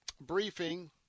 briefing